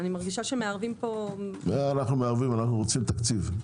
אנחנו רוצים תקציב.